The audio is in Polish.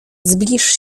zbliż